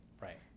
Right